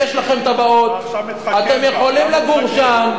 יש לכם תב"עות, אתם יכולים לגור שם,